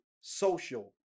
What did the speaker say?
social